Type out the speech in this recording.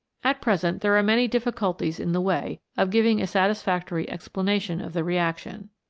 at present there are many difficulties in the way of giving a satisfactory explanation of the reaction.